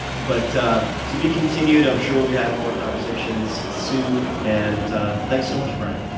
but to to be continued. i'm sure we'll be having more conversations soon, and thanks so much, bryan.